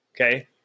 Okay